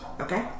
Okay